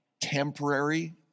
temporary